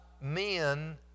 men